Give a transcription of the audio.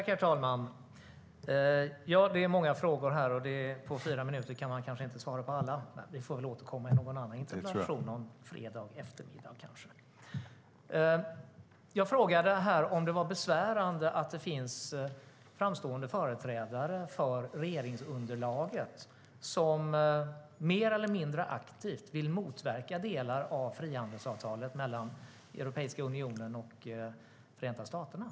Herr talman! Det är många frågor här, och på fyra minuter kan man kanske inte svara på alla. Vi får väl återkomma i en annan interpellationsdebatt någon annan fredag eftermiddag. Jag frågade om det var besvärande att det finns framstående företrädare för regeringsunderlaget som mer eller mindre aktivt vill motverka delar av frihandelsavtalet mellan Europeiska unionen och Förenta staterna.